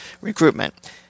recruitment